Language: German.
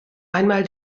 einmal